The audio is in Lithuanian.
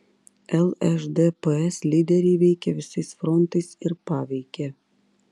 lšdps lyderiai veikė visais frontais ir paveikė